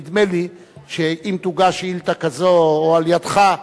נדמה לי שאם תוגש שאילתא כזו או על-ידך,